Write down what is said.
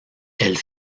elle